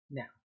now